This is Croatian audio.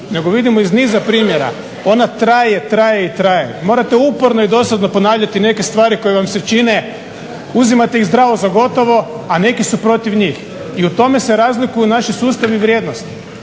nego vidimo iz niza primjera, ona traje, traje i traje. Morate uporno i dosadno ponavljati neke stvari koje vam se čine, uzimate ih zdravo za gotovo a neki su protiv njih. I u tome se razlikuju naši sustavi vrijednosti.